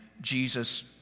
Jesus